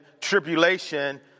tribulation